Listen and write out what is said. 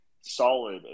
solid